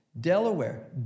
Delaware